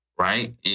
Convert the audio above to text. Right